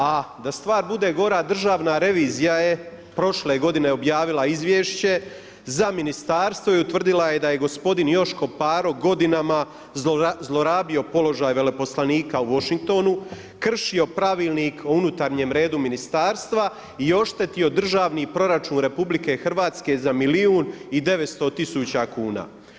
A da stvar bude gora, državna revizija je prošle godine objavila izvješće za ministarstvo i utvrdila je da je gospodin Joško Paro godinama zlorabio položaj veleposlanika u Washingtonu, kršio pravilnik o unutarnjem redu ministarstva i oštetio državni proračun RH za milijun i 900 tisuća kuna.